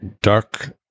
Dark